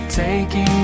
taking